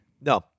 No